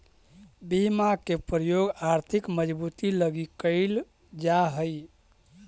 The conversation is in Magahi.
बीमा के प्रयोग आर्थिक मजबूती लगी कैल जा हई